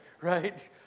right